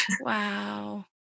Wow